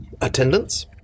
attendance